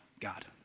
God